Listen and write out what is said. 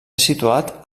situat